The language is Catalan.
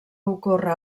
ocorre